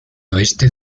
oeste